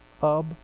hub